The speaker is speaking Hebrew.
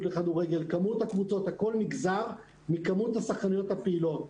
לכדורגל הכול נגזר מכמות השחקניות הפעילות.